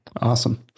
Awesome